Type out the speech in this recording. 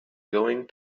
going